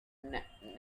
neanderthals